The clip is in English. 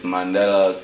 Mandela